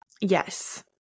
Yes